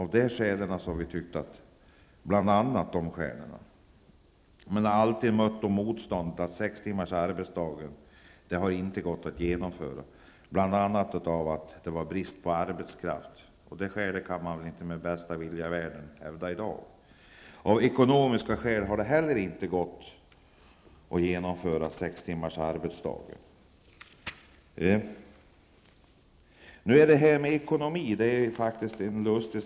Men vi har alltid mött motstånd, och vi har fått höra att detta inte har varit möjligt att genomföra bl.a. därför att det var brist på arbetskraft. Det skälet kan man väl inte med bästa vilja i världen hävda i dag. Det har sagts att det inte heller är möjligt av ekonomiska skäl att genomföra sex timmars arbetsdag. Ekonomi handlar ju om hur man räknar, vilka som tjänar på olika åtgärder som vidtas.